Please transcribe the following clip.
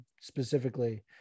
specifically